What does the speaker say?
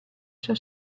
sua